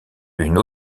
une